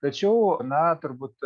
tačiau na turbūt